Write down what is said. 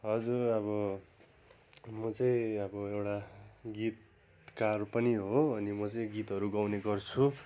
हजुर अब म चाहिँ अब एउटा गीतकार पनि हो अनि म चाहिँ गीतहरू गाउने गर्छु